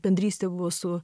bendrystė buvo su